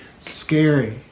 scary